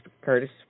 Curtis